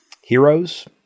Heroes